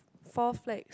four flags